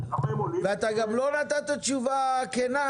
ואתה גם לא נתת תשובה כנה.